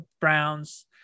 Browns